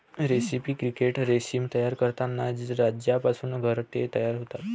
रेस्पी क्रिकेट रेशीम तयार करतात ज्यापासून घरटे तयार होतात